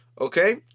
Okay